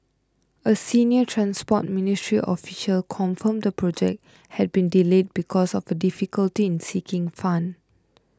a senior Transport Ministry official confirmed the project had been delayed because of a difficulty in seeking fund